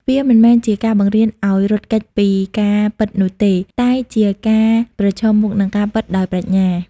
វាមិនមែនជាការបង្រៀនឱ្យរត់គេចពីការពិតនោះទេ តែជាការប្រឈមមុខនឹងការពិតដោយប្រាជ្ញា។